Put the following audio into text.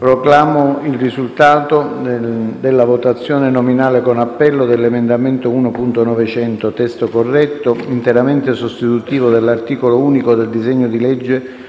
Proclamo il risultato della votazione nominale con appello dell'emendamento 1.900 (testo corretto), interamente sostitutivo dell'articolo unico del disegno di legge